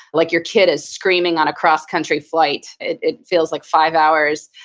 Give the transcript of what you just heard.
like your kid is screaming on a cross country flight. it it feels like five hours,